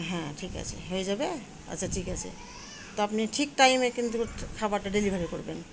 হ্যাঁ ঠিক আছে হয়ে যাবে আচ্ছা ঠিক আছে তো আপনি ঠিক টাইমে কিন্তু খাবারটা ডেলিভারি করবেন